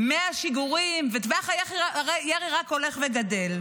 100 שיגורים, וטווח הירי רק הולך וגדל.